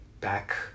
back